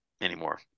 anymore